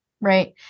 Right